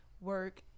work